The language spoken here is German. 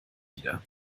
wieder